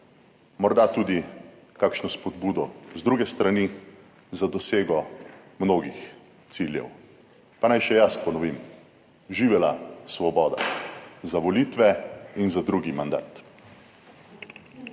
morda tudi kakšno spodbudo z druge strani za dosego mnogih ciljev. Pa naj še jaz ponovim: "Živela svoboda za volitve in za drugi mandat!"